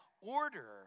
Order